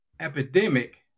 epidemic